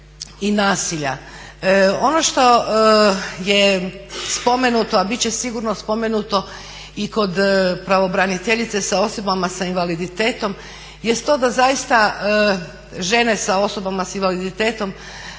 i nasilja ono što je spomenuto, a bit će sigurno spomenuto i kod pravobraniteljice sa osobama sa invaliditetom jest to da zaista žene sa osobama sa invaliditetom